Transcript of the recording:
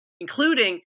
including